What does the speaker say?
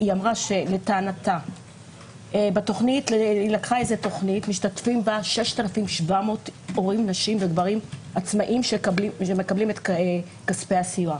זו שבתוכנית משתתפים 6,700 הורים עצמאיים שמקבלים את כספי הסיוע.